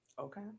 Okay